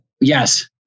Yes